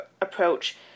approach